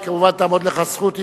כמובן תעמוד לך הזכות,